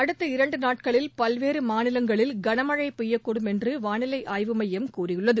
அடுத்த இரண்டு நாட்களில் பல்வேறு மாநிலங்களில் கனமழை பெய்யக்கூடும் என்று வானிலை ஆய்வு மையம் கூறியுள்ளது